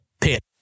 pit